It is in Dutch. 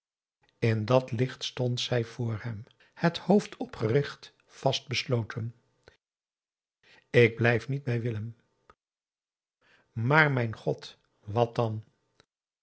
in dat licht stond zij vr hem het hoofd opgericht vastbesloten ik blijf niet bij willem maar mijn god wat dan